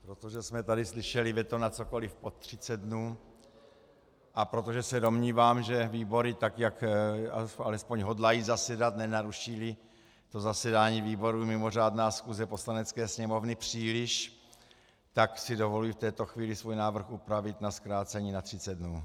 Protože jsme tady slyšeli veto na cokoliv pod 30 dnů a protože se domnívám, že výbory tak, jak alespoň hodlají zasedat, nenarušíli to zasedání výborů mimořádná schůze Poslanecké sněmovny příliš, tak si dovoluji v této chvíli svůj návrh upravit na zkrácení na 30 dnů.